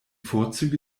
vorzüge